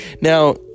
now